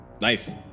Nice